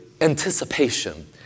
anticipation